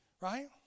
Right